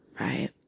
Right